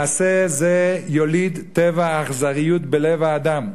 מעשה זה יוליד טבע האכזריות בלב האדם,